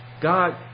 God